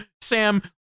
Sam